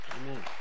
amen